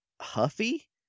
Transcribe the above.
Huffy